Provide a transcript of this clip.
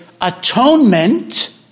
atonement